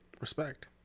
Respect